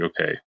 okay